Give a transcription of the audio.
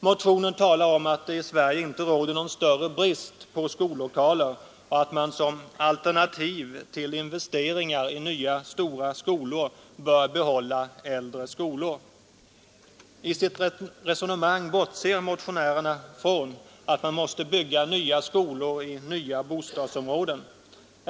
Motionen talar om att det i Sverige inte råder någon större brist på skollokaler och att man som alternativ till investeringar i nya stora skolor bör behålla äldre skolor. I sitt resonemang bortser motionärerna från att man måste bygga nya skolor i nya bostadsområden.